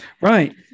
Right